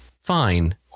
fine